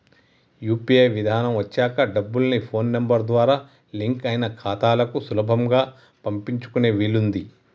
UPI విధానం వచ్చాక డబ్బుల్ని ఫోన్ నెంబర్ ద్వారా లింక్ అయిన ఖాతాలకు సులభంగా పంపించుకునే వీలుంది